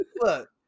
look